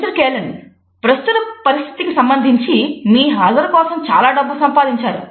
mister కేలిన్ ప్రస్తుత పరిస్థితికి సంబంధించి మీ హాజరు కోసం చాలా డబ్బు సంపాదించారు